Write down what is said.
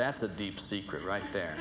that's a deep secret right there